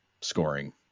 scoring